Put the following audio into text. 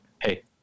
Hey